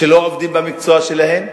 שלא עובדים במקצוע שלהם,